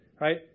right